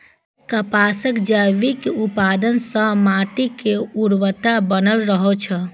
कपासक जैविक उत्पादन सं माटिक उर्वरता बनल रहै छै